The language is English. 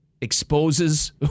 exposes